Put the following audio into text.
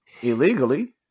Illegally